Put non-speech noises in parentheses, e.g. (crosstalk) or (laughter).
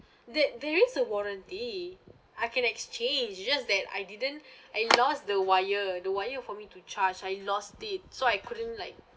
there there is a warranty I can exchange it's just that I didn't (breath) I lost the wire the wire for me to charge I lost it so I couldn't like